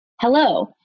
Hello